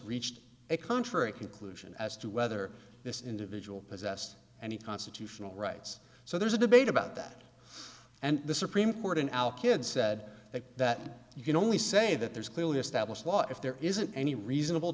reached a contrary conclusion as to whether this individual possessed any constitutional rights so there's a debate about that and the supreme court in alkyd said that you can only say that there's clearly established law if there isn't any reasonable